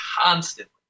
constantly